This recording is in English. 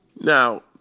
Now